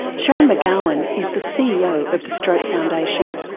sharon mcgowan is the ceo of the stroke foundation.